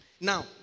Now